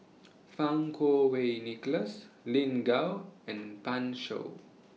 Fang Kuo Wei Nicholas Lin Gao and Pan Shou